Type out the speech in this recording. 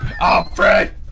Alfred